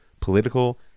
political